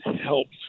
helps